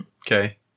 Okay